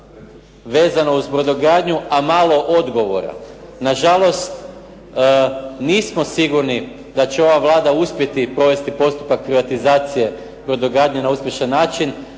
vezano uz brodogradnju, a malo odgovora. Na žalost, nismo sigurni da će ova Vlada uspjeti provesti postupak privatizacije brodogradnje na uspješan način,